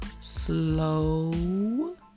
Slow